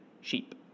sheep